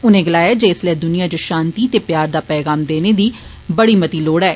उनै गलाया जे इस्सलै दुनिया च षान्ति ते प्यार दा पैगाम देने दी मती मती लोढ़ ऐ